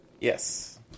Yes